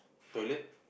toilet